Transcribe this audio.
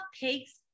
pigs